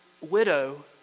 widow